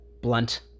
blunt